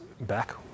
back